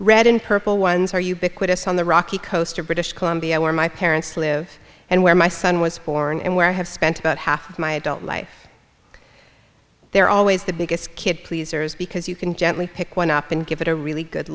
red and purple ones are ubiquitous on the rocky coast of british columbia where my parents live and where my son was born and where i have spent about half my adult life there are always the biggest kid pleasers because you can gently pick one up and give it a really good